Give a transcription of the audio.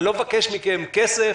אני לא מבקש מכם כסף,